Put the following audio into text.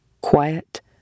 quiet